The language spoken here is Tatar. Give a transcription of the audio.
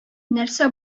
нәрсә